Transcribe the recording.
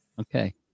Okay